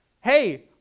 hey